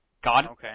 God